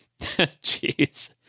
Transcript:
Jeez